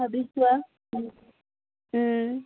ভাবি চোৱা